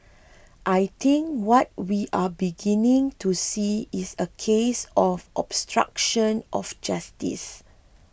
I think what we are beginning to see is a case of obstruction of justice